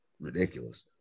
ridiculous